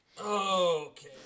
Okay